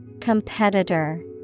Competitor